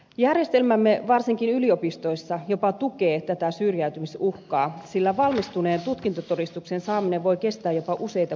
järjestelmämme varsinkin yliopistoissa jopa tukee tätä syrjäytymisuhkaa sillä valmistuneen tutkintotodistuksen saaminen voi kestää jopa useita kuukausia